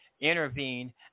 intervene